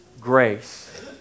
grace